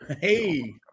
hey